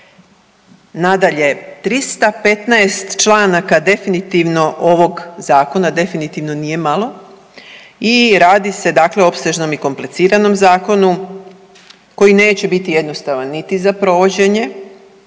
Nadalje, 315 članaka definitivno ovoga Zakona definitivno nije malo i radi se dakle o opsežnom i kompliciranom zakonu koji neće biti jednostavan niti za provođenje